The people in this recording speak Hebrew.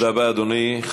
תודה רבה, אדוני.